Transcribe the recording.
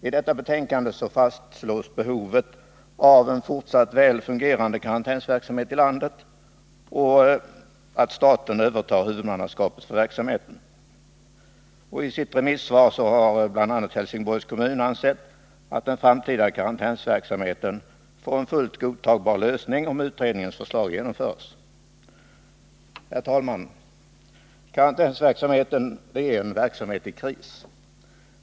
I detta betänkande fastslås behovet av en fortsatt väl fungerande karantänsverksamhet i landet och att staten övertar huvudmannaskapet för verksamheten. I sitt remissvar har 95 Helsingborgs kommun ansett att den framtida karantänsverksamheten får en fullt godtagbar lösning om utredningens förslag genomförs. Herr talman! Karantänsverksamheten är en verksamhet i kris.